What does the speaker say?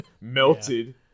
melted